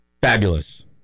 fabulous